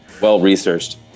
Well-researched